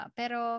pero